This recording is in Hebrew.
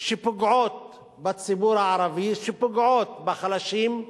שפוגעות בציבור הערבי, שפוגעות בחלשים,